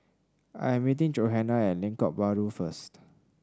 I'm meeting Johana at Lengkok Bahru first